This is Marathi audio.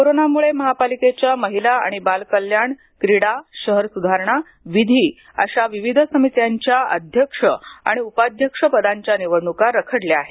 कोरोनामुळे महापालिकेच्या महिला आणि बालकल्याण क्रीडा शहर सुधारणा विधी अशा विविध समित्यांच्या अध्यक्ष आणि उपाध्यक्ष पदांच्या निवडण्का रखडल्या आहेत